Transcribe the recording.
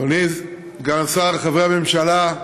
אדוני סגן השר, חברי הממשלה,